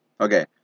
Okay